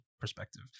perspective